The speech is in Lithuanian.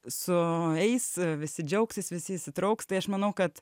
sueis visi džiaugsis visi įsitrauks tai aš manau kad